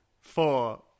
Four